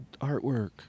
artwork